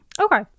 okay